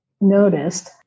noticed